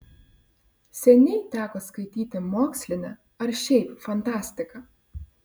seniai teko skaityti mokslinę ar šiaip fantastiką